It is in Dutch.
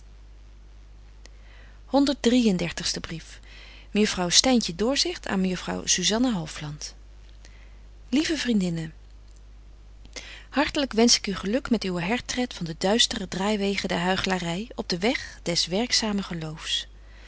mejuffrouw styntje doorzicht aan mejuffrouw zuzanna hofland lieve vriendinne hartelyk wensch ik u geluk met uwen hertred van de duistere draaiwegen der huichlary op den weg des werkzamen geloofs